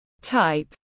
Type